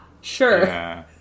sure